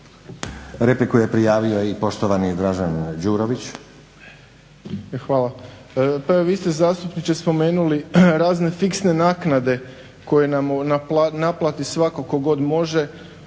Repliku je prijavio i poštovani Dražen Đurović. **Đurović, Dražen (HDSSB)** E hvala. Pa evo vi ste zastupniče spomenuli razne fiksne naknade koje nam naplati svako ko god može,